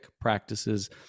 practices